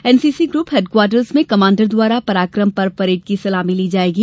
NCC group headquarter में commander द्वारा पराकम पर्व परेड की सलामी ली जायेगी